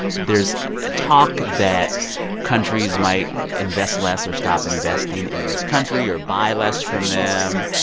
there's ah talk that countries might invest less or stop investing in this country or buy less from them.